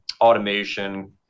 automation